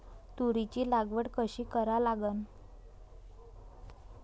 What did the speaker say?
तुरीची लागवड कशी करा लागन?